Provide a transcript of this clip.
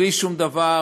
בלי שום דבר,